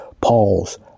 Paul's